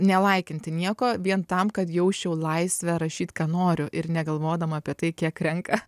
nelaikinti nieko vien tam kad jausčiau laisvę rašyt ką noriu ir negalvodama apie tai kiek renka